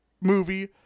movie